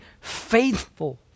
faithful